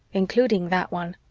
including that one.